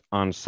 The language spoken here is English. on